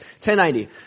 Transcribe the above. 1090